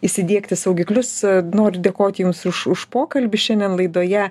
įsidiegti saugiklius noriu dėkoti jums už už pokalbį šiandien laidoje